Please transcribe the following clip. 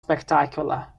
spectacular